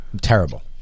terrible